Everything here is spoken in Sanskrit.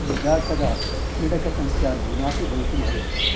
यदा कदा क्रीडकसंख्या न्यूनापि भवितुमर्हति